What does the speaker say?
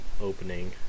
opening